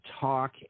talk